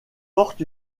porte